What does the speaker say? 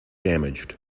damaged